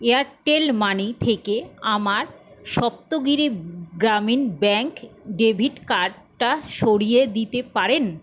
Airtel money থেকে আমার Saptagiri Grameen bank debit কার্ডটা সরিয়ে দিতে পারেন